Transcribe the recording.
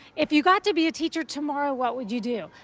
if you got to be a teacher tomorrow, what would you do?